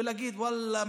ולהגיד: ואללה,